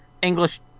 English